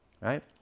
right